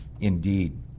indeed